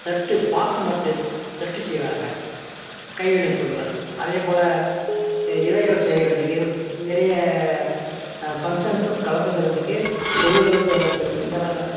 தட்டு பாக்குமட்டை தட்டு செய்வாங்க கைவினை பொருள்கள் அதேபோல் இலைகள் செய்கிறதுக்கு நிறைய ஃபங்க்ஷன்க்கு கலந்துக்கிறதுக்கு பொருள்கள் தயாரிக்கிறது இந்தமாதிரிலாம்